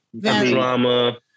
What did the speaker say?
Drama